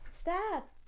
Stop